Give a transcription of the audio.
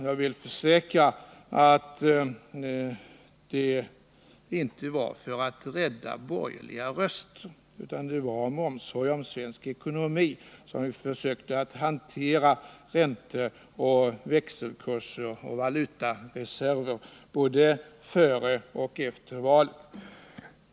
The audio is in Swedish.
Jag vill försäkra att det inte var för att rädda borgerliga röster utan att det var av omsorg om svensk ekonomi som vi försökte hantera ränteoch växelkurser samt valutareserver både före och efter valet.